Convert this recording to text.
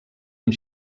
amb